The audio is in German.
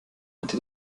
hatte